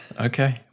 Okay